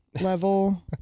Level